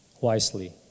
wisely